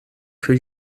für